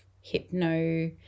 hypno-